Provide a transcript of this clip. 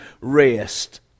rest